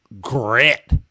grit